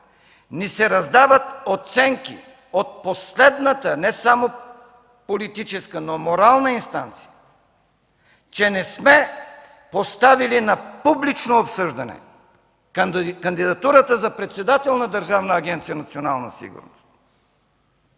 ни се раздават оценки от последната, не само политическа – морална инстанция, че не сме поставили на публично обсъждане кандидатурата за председател на Държавна агенция „Национална сигурност”,